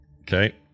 Okay